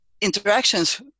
interactions